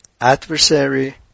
adversary